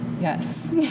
yes